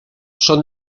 son